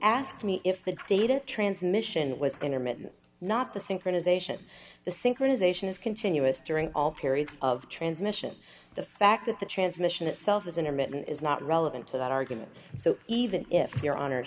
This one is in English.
asked me if the data transmission was going or meant not the synchronization the synchronization is continuous during all periods of transmission the fact that the transmission itself is intermittent is not relevant to that argument so even if your hon